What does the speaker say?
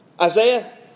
Isaiah